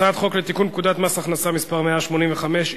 הצעת חוק לתיקון פקודת מס הכנסה (מס' 185)